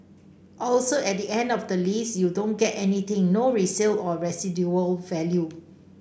also at the end of the lease you don't get anything no resale or residual value